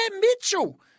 Mitchell